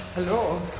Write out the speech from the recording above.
hello.